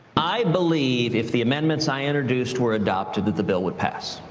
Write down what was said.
i believe if the amendments i introduced were adopted, that the bill would pass.